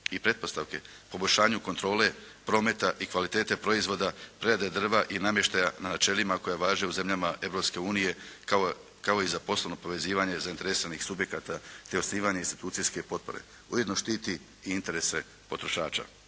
i pretpostavke poboljšanju kontrole prometa i kvalitete proizvoda prerade drva i namještaja na načelima koja važe u zemljama Europske unije kao i za poslovno povezivanje zainteresiranih subjekata te osnivanje institucijske potpore. Ujedno štiti i interese potrošača.